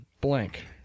blank